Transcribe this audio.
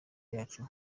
yacu